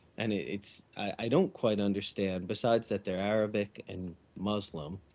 and it's i don't quite understand, besides that they're arabic and muslim,